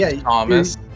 Thomas